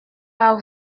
pas